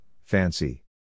fancy